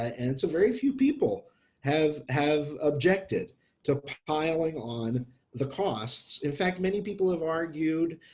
ah and so very few people have have objected to piling on the costs in fact many people have argued,